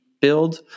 build